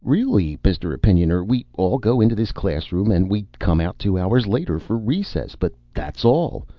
really, mr. opinioner. we all go into this classroom, and we come out two hours later for recess. but that's all.